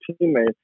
teammates